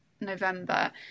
November